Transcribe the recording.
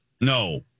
No